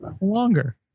longer